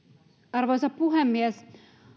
arvoisa puhemies